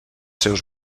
seus